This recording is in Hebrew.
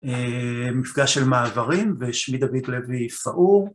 מפגש של מעברים ושמי דוד לוי פאור